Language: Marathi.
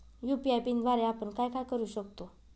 यू.पी.आय पिनद्वारे आपण काय काय करु शकतो?